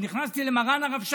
ונכנסתי למרן הרב שך,